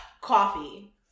Coffee